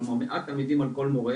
זאת אומרת מעט תלמידים על כל מורה.